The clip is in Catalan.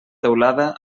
teulada